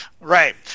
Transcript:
right